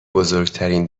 بزرگترین